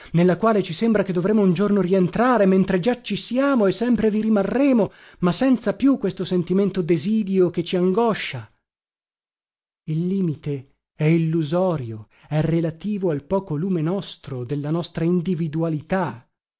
nella quale ci sembra che dovremo un giorno rientrare mentre già ci siamo e sempre vi rimarremo ma senza più questo sentimento desilio che ci angoscia il limite è illusorio è relativo al poco lume nostro della nostra individualità